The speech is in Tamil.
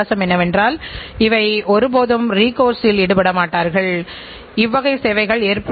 ஆனால் நாம் இங்கு எவ்வளவு நேரம் செலவிட வேண்டும் என்பதற்கு உண்டான எந்த ஒரு நடைமுறையும் கிடையாது